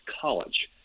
college